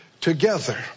together